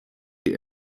die